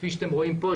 כפי שאתם רואים כאן,